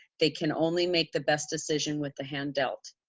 they can only make the best decision with the hand dealt.